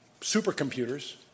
supercomputers